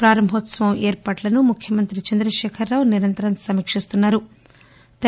ప్రారంభోత్సవం ఏర్పాట్లను ముఖ్యమంత్రి చంద్రకేఖరరావు నిరంతరం సమీకిస్తున్నా రు